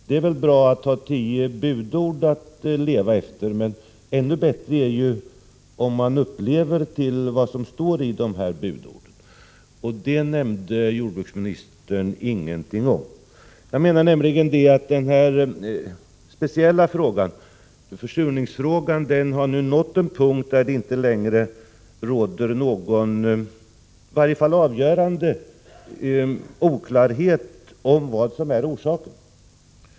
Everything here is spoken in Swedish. Det är väl bra att ha tio budord att leva efter, men det är ännu bättre om man lever upp till vad som står i dem. Jordbruksministern nämnde inget om det. Försurningsfrågan har nått den punkt då det inte längre råder någon — i varje fall avgörande — oklarhet om vad som är orsaken.